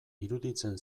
iruditzen